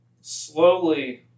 slowly